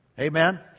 Amen